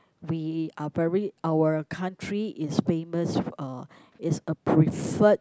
we are very our country is famous uh is a preferred